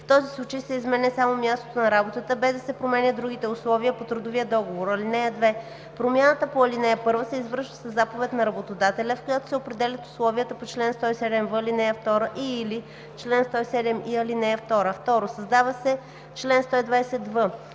В този случай се изменя само мястото на работа, без да се променят другите условия по трудовия договор. (2) Промяната по ал. 1 се извършва със заповед на работодателя, в която се определят условията по чл. 107в, ал. 2 и/или чл. 107и, ал. 2.“ 2. Създава се чл. 120в: